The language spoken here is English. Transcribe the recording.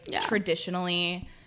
traditionally